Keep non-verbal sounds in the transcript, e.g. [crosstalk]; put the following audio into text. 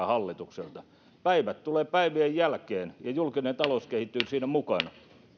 [unintelligible] hallitukselta päivät tulevat päivien jälkeen ja julkinen talous kehittyy siinä mukana